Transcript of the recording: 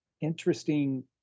interesting